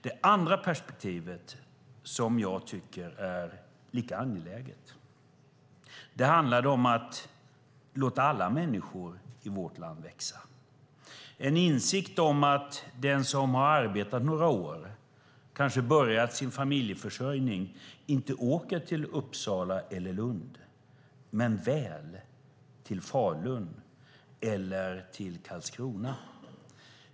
Det andra, som jag tycker är lika angeläget, handlade om att låta alla människor i vårt land växa. Det har att göra med en insikt om att den som har arbetat några år och kanske börjat sin familjeförsörjning inte åker till Uppsala eller Lund men väl till Falun eller Karlskrona.